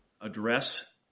address